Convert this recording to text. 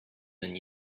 than